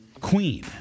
Queen